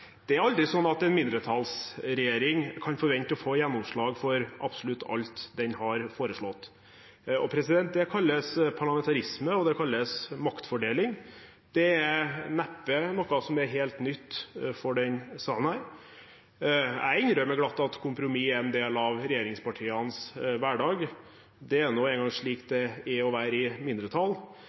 Det er aldri slik at en mindretallsregjering kan forvente å få gjennomslag for absolutt alt den har foreslått. Det kalles parlamentarisme og maktfordeling. Det er neppe noe som er helt nytt for denne salen. Jeg innrømmer glatt at kompromiss er en del av regjeringspartienes hverdag. Det er nå engang slik det er å være i mindretall.